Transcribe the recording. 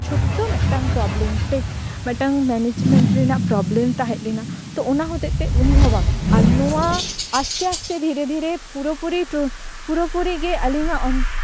ᱪᱷᱳᱴᱴᱳ ᱢᱤᱫᱴᱟᱝ ᱯᱨᱚᱵᱞᱮᱢ ᱴᱷᱤᱠ ᱢᱤᱫᱴᱟᱝ ᱢᱮᱱᱮᱡᱢᱮᱱᱴ ᱨᱮᱱᱟᱜ ᱯᱨᱚᱵᱞᱮᱢ ᱛᱟᱦᱮᱸ ᱞᱮᱱᱟ ᱛᱳ ᱚᱱᱟ ᱦᱚᱛᱮᱡ ᱛᱮ ᱩᱱᱤ ᱵᱟ ᱟᱨ ᱱᱚᱶᱟ ᱟᱥᱛᱮ ᱟᱥᱛᱮ ᱫᱷᱤᱨᱮ ᱫᱷᱤᱨᱮ ᱯᱩᱨᱟᱹ ᱯᱩᱨᱤ ᱜᱮ ᱟᱹᱞᱤᱧᱟᱜ ᱚᱱ